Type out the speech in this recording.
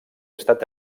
estat